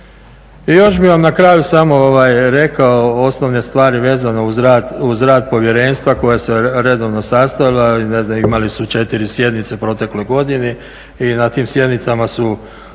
I još bih vam na kraju samo rekao osnovne stvari vezano uz rad povjerenstva koje se redovno sastajalo. Ne znam imali su 4 sjednice u protekloj godini i na tim sjednicama su